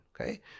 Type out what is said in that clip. okay